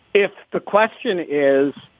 if the question is,